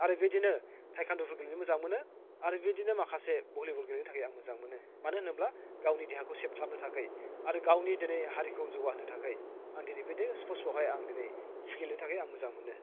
आरो बेबायदिनो टाइकुवानडुफोर गेलेनो मोजां मोनो आरो बेदिनो माखासे भलिबल गेलेनो थाखाय आं मोजां मोनो मानो होनोब्ला गावनि देहाखौ सेभ खालामनो थाखाय आरो गावनि दिनै हारिखौ जौगाहोनो थाखाय आं दिनै बेबायदि स्पर्टसफ्रावहाय आं दिनै गेलेनो थाखाय आं मोजां मोनो